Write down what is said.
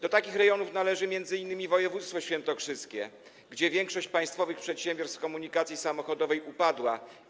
Do takich rejonów należy m.in. województwo świętokrzyskie, gdzie większość państwowych przedsiębiorstw komunikacji samochodowej upadła.